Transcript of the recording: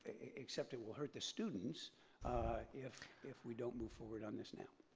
except it will hurt the students if if we don't move forward on this now.